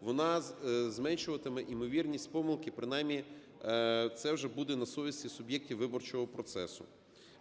вона зменшуватиме ймовірність помилки, принаймні це вже буде на совісті суб'єктів виборчого процесу.